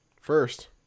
First